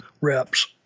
reps